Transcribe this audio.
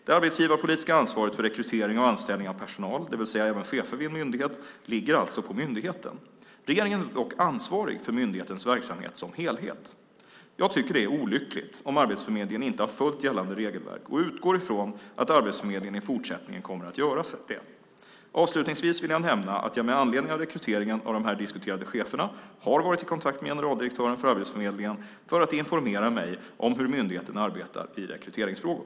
Det arbetsgivarpolitiska ansvaret för rekrytering och anställning av personal, det vill säga även chefer vid en myndighet, ligger alltså på myndigheten. Regeringen är dock ansvarig för myndighetens verksamhet som helhet. Jag tycker att det är olyckligt om Arbetsförmedlingen inte har följt gällande regelverk och utgår från att Arbetsförmedlingen i fortsättningen kommer att göra det. Avslutningsvis vill jag nämna att jag med anledning av rekryteringen av de här diskuterade cheferna har varit i kontakt med generaldirektören för Arbetsförmedlingen för att informera mig om hur myndigheten arbetar i rekryteringsfrågor.